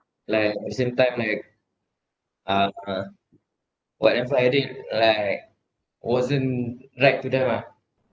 like at the same time like uh uh whatever I did like wasn't right to them ah